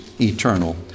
eternal